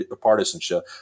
partisanship